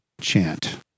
chant